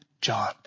John